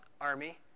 army